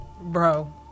bro